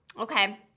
Okay